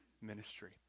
ministry